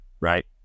right